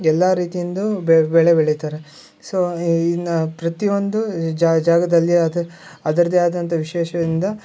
ಎಲ್ಲ ರೀತಿಯಿಂದು ಬೆಳೆ ಬೆಳೀತಾರೆ ಸೋ ಇನ್ನು ಪ್ರತಿಯೊಂದು ಜಾಗದಲ್ಲಿ ಅದು ಅದರದೇ ಆದಂಥ ವಿಶೇಷವಿಂದ